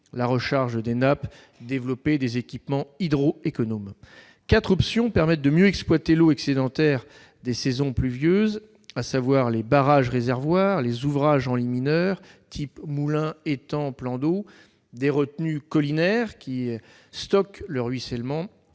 la recharge des nappes phréatiques et développer des équipements hydro-économes. Quatre options permettent de mieux exploiter l'eau excédentaire des saisons pluvieuses : barrages-réservoirs, ouvrages en lit mineur, de type moulins, étangs ou plans d'eau, retenues collinaires, qui stockent le ruissellement,